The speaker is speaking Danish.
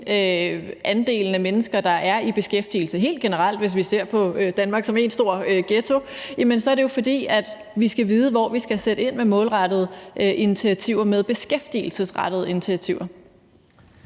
andelen af mennesker, der er i beskæftigelse helt generelt, hvis vi ser på Danmark som én stor ghetto, er det jo, fordi vi skal vide, hvor vi skal sætte ind med målrettede initiativer, med beskæftigelsesrettede initiativer.